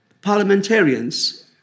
parliamentarians